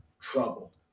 trouble